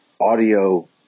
audio